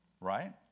right